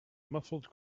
muffled